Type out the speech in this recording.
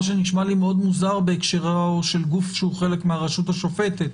מה שנשמע לי מאוד מוזר בהקשרו של גוף שהוא חלק מהרשות השופטת.